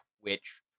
Twitch